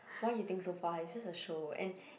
why you think so far it's just a show and